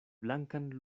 blankan